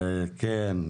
כן.